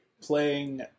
playing